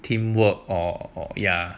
teamwork or ya